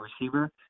receiver